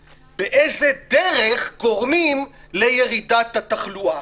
היא באיזו דרך גורמים לירידת התחלואה.